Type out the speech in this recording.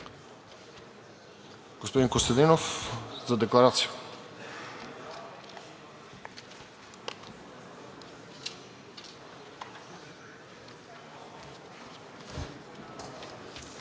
Господин Костадинов – за декларация.